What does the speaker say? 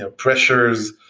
ah pressures,